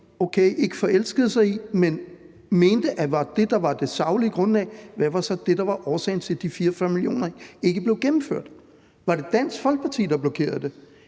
ikke forelskede sig i, men mente var det, der var det saglige grundlag, ikke var det, der blev gennemført? Var det Dansk Folkeparti, der blokerede det,